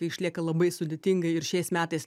išlieka labai sudėtinga ir šiais metais